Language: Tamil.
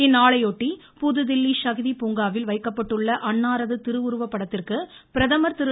இந்நாளையொட்டி புதுதில்லி ஷகிதி பூங்காவில் வைக்கப்பட்டுள்ள அன்னாரது திருவுருவ படத்திற்கு பிரதமர் திரு